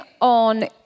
on